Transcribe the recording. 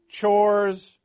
Chores